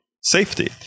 safety